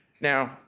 Now